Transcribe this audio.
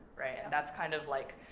right? and that's kind of like,